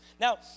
Now